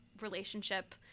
relationship